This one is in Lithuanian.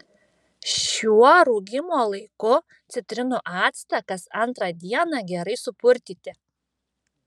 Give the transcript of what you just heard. šiuo rūgimo laiku citrinų actą kas antrą dieną gerai supurtyti